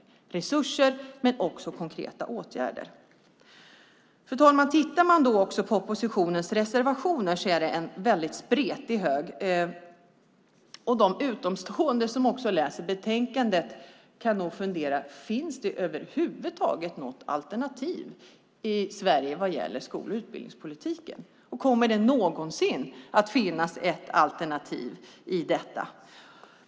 Det handlar om resurser men också om konkreta åtgärder. Fru talman! Om man tittar på oppositionens reservationer är det en väldigt spretig hög. Utomstående som också läser betänkandet kan nog fundera på om det över huvud taget finns något alternativ i Sverige vad gäller skol och utbildningspolitiken och om det någonsin kommer att finnas ett alternativ.